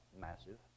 massive